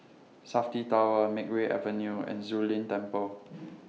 Safti Tower Makeway Avenue and Zu Lin Temple